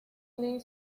lee